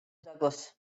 douglas